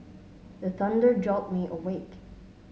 the thunder jolt me awake